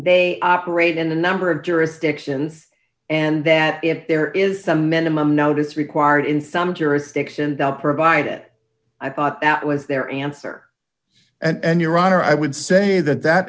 they operate in a number of jurisdictions and that if there is a minimum notice required in some jurisdiction provide it i thought that was their answer and your honor i would say that that